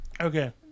okay